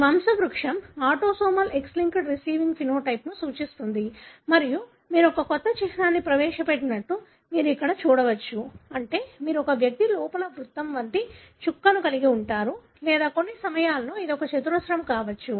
ఈ వంశవృక్షం autosomal X linked recessive ఫినోటైప్ను సూచిస్తుంది మరియు మీరు ఒక కొత్త చిహ్నాన్ని ప్రవేశపెట్టినట్లు మీరు ఇక్కడ చూడవచ్చు అంటే మీరు ఒక వ్యక్తి లోపల వృత్తం వంటి చుక్కను కలిగి ఉంటారు లేదా కొన్ని సమయాల్లో అది ఒక చతురస్రం కావచ్చు